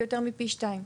זה יותר מפי שניים.